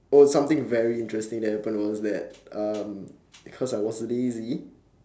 oh something very interesting that happened was that um cause I was lazy